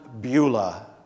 Beulah